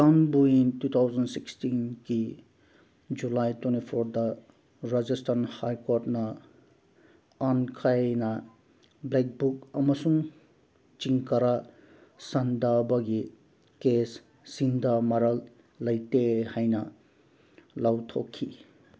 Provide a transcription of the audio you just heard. ꯈꯥꯟꯕꯨ ꯏꯪ two thousand ꯁꯤꯛꯁꯇꯤꯟꯀꯤ July ꯇ꯭ꯋꯦꯟꯇꯤꯐꯣꯔꯗ ꯔꯥꯖꯁꯊꯥꯟ ꯍꯥꯏ ꯀꯣꯔꯠꯅ ꯑꯥꯏꯟ ꯀꯥꯏꯅ ꯕ꯭ꯂꯦꯛ ꯕꯨꯛ ꯑꯃꯁꯨꯡ ꯆꯤꯡꯀꯥꯔꯥ ꯁꯥꯗꯥꯟꯕꯒꯤ ꯀꯦꯁ ꯁꯤꯡꯗ ꯃꯔꯥꯜ ꯂꯩꯇꯦ ꯍꯥꯏꯅ ꯂꯥꯎꯊꯣꯛꯈꯤ